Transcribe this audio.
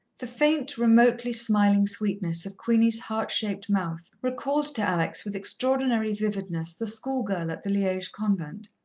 the faint, remotely smiling sweetness of queenie's heart-shaped mouth recalled to alex with extraordinary vividness the schoolgirl at the liege convent.